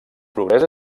progrés